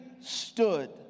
stood